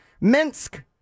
Minsk